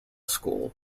school